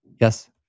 Yes